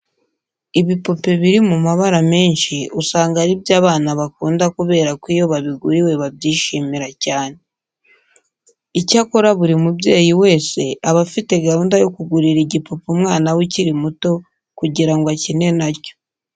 Ibipupe biri mu mabara menshi, usanga ari byo abana bakunda kubera ko iyo babiguriwe babyishimira cyane. Icyakora buri mubyeyi wese aba afite gahunda yo kugurira igipupe umwana we ukiri muto kugira ngo akine na cyo.